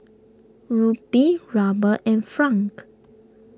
Rupee Ruble and Franc